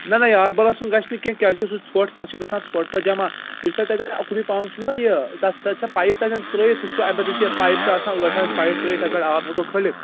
نہَ نہَ یارٕبلس سُنٛب گَژھِ نہٕ کیٚنٛہہ کیٛازِکہِ سُہ چھُ ژھۅٹھ تتھ چھُ گژھان ژھۄٹھ پتہٕ جَمع یُس تۄہہِ تَتٮ۪ن اوٚکنُے پہم چھُنا یہِ تَتھ تتھ چھا پایپ تَتٮ۪ن ترٛٲوِتھ سُہ ایمرجنسی پایپ چھِ آسان ٲٹھ آنٛچہِ پایپ ترٛٲوِتھ یتھ پٮ۪ٹھ آب ہیٚکو کھٲلِتھ